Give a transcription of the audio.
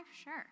Sure